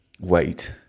wait